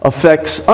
Affects